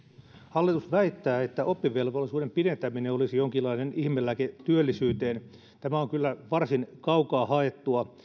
hallitus väittää että oppivelvollisuuden pidentäminen olisi jonkinlainen ihmelääke työllisyyteen tämä on kyllä varsin kaukaa haettua